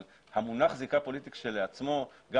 אבל המונח כשלעצמו זיקה פוליטית,